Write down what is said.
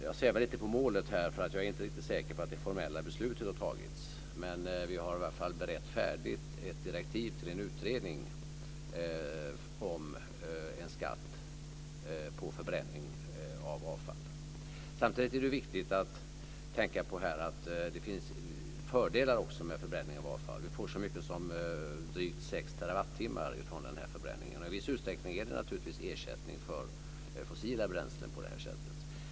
Jag svävar lite på målet här, för jag är inte riktigt säker på att det formella beslutet har tagits, men vi har i alla fall berett färdigt ett direktiv till en utredning om en skatt på förbränning av avfall. Samtidigt är det viktigt att tänka på att det också finns fördelar med förbränning av avfall. Vi får så mycket som drygt 6 terawattimar från denna förbränning. I viss utsträckning är det naturligtvis ersättning för fossila bränslen.